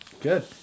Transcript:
Good